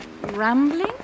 rambling